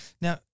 Now